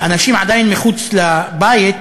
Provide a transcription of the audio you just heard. אנשים עדיין מחוץ לבית,